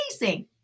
amazing